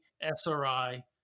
SRI